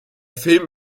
film